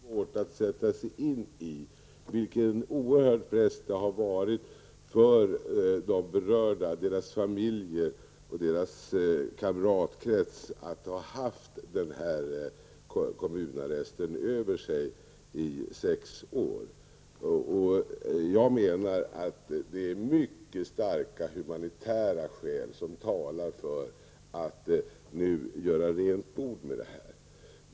Herr talman! Det kan inte vara särskilt svårt att sätta sig in i vilken oerhörd press de berörda kurderna, deras familjer och kamratkrets har fått utstå till följd av denna kommunarrest som har varat i sex år. Jag anser att mycket starka humanitära skäl talar för att göra rent bord med detta.